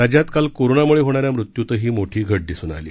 राज्यात काल कोरोनामुळे होणाऱ्या मृत्यूतही मोठी घट दिसून आली